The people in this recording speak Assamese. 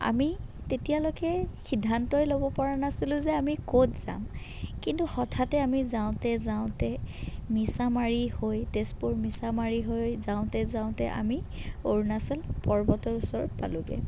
আমি তেতিয়ালৈকে সিদ্ধান্তই ল'বপৰা নাছিলোঁ যে আমি ক'ত যাম কিন্তু হঠাতে আমি যাওঁতে যাওঁতে মিছামাৰী হৈ তেজপুৰ মিছামাৰী হৈ যাওঁতে যাওঁতে আমি অৰুণাচল পৰ্বতৰ ওচৰ পালোঁগৈ